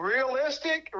Realistic